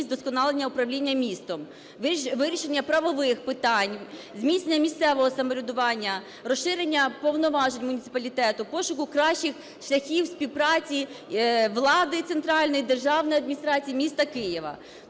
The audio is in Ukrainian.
вдосконалення управління містом, вирішення правових питань, зміцнення місцевого самоврядування, розширення повноважень муніципалітету, пошуку кращих шляхів співпраці влади центральної і державної адміністрації міста Києва.